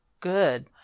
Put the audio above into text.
good